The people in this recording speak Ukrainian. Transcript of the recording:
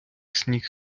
сніг